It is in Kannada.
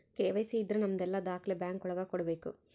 ಕೆ.ವೈ.ಸಿ ಇದ್ರ ನಮದೆಲ್ಲ ದಾಖ್ಲೆ ಬ್ಯಾಂಕ್ ಒಳಗ ಕೊಡ್ಬೇಕು